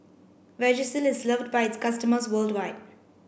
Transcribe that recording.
Vagisil is loved by its customers worldwide